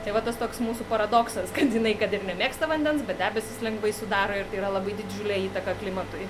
tai va tas toks mūsų paradoksas kad jinai kad ir nemėgsta vandens bet debesis lengvai sudaro ir tai yra labai didžiulė įtaką klimatui